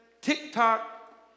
TikTok